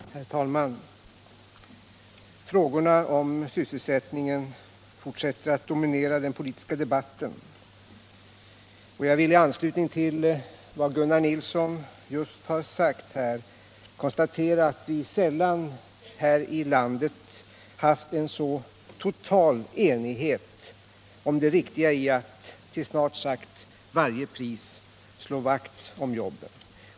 Herr talman! Frågorna om sysselsättningen fortsätter att dominera den politiska debatten. Jag vill i anslutning till vad Gunnar Nilsson just sagt konstatera att vi sällan här i landet haft en så total enighet om det riktiga i att till snart sagt varje pris slå vakt om jobben.